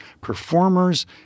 performers